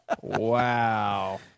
Wow